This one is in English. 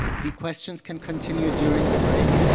the questions can continue during the break.